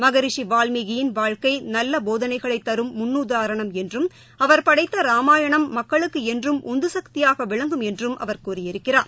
மகரிஷிவால்மீகியின் வாழ்க்கைநல்லபோதனைகளைத் தரும் முன்னுதாரணம் என்றும் அவர் படைத்தராமாயணம் மக்களுக்குஎன்றும் உந்துசக்தியாகவிளங்கும் என்றும் அவர் கூறியிருக்கிறார்